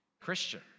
Christian